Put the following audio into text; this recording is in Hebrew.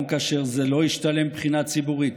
גם כאשר זה לא השתלם מבחינה ציבורית